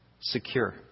Secure